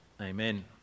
Amen